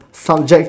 subject